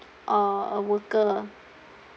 or a worker